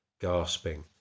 gasping